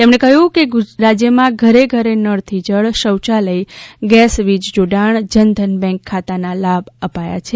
તેમણે કહ્યું કે રાજ્યમાં ઘરે ઘરે નળથી જળ શૌચાલય ગેસ વીજ જોડાણ જન ધન બેન્ક ખાતાના લાભ આપ્યા છે